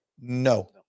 No